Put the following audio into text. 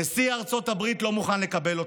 נשיא ארצות הברית לא מוכן לקבל אותך.